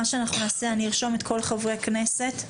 מה שאנחנו נעשה הוא שאני ארשום את כל חברי הכנסת.